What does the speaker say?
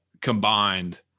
combined